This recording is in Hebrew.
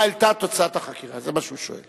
מה היתה תוצאת החקירה, זה מה שהוא שואל.